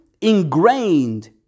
ingrained